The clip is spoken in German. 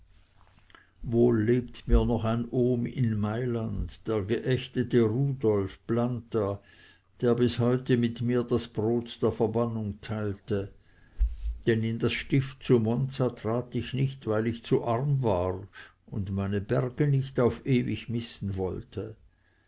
wohl lebt mir noch ein ohm in mailand der geächtete rudolf planta der bis heute mit mir das brot der verbannung teilte denn in das stift zu monza trat ich nicht weil ich zu arm war und meine berge nicht auf ewig missen wollte